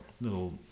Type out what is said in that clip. little